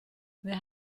wir